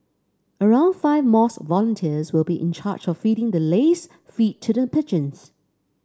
around five mosque volunteers will be in charge of feeding the laced feed to the pigeons